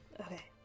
Okay